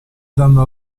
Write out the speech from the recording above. danno